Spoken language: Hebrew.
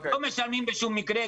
לא משלמים בשום מקרה,